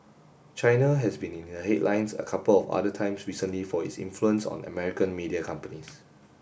China has been in the headlines a couple of other times recently for its influence on American media companies